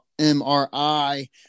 MRI